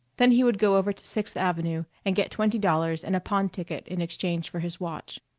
then he would go over to sixth avenue and get twenty dollars and a pawn ticket in exchange for his watch.